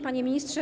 Panie Ministrze!